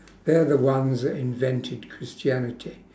they're the ones that invented christianity